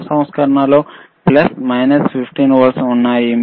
క్రొత్త సంస్కరణలో plus minus 15 వోల్ట్లు ఉన్నాయి